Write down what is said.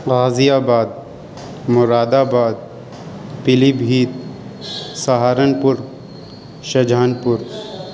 غازی آباد Moradabad Pilibhit Saharanpur Shah Jahan پور